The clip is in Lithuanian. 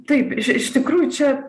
taip iš tikrųjų čia